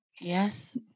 Yes